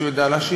כשהוא יודע להשיב?